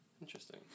Interesting